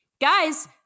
guys